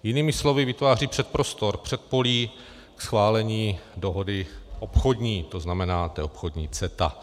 Jinými slovy, vytváří předprostor, předpolí schválení dohody obchodní, tzn. té obchodní CETA.